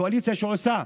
קואליציה שעושה,